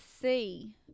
see